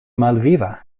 malviva